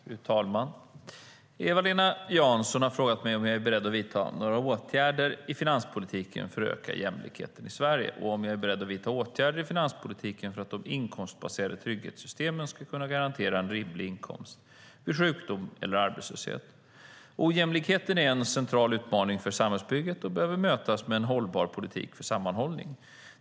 Fru talman! Eva-Lena Jansson har frågat mig om jag är beredd att vidta några åtgärder i finanspolitiken för att öka jämlikheten i Sverige och om jag är beredd att vidta åtgärder i finanspolitiken för att de inkomstbaserade trygghetssystemen ska kunna garantera en rimlig inkomst vid sjukdom eller arbetslöshet. Ojämlikheten är en central utmaning för samhällsbygget och behöver mötas med en hållbar politik för sammanhållning.